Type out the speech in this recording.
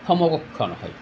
সমকক্ষ নহয়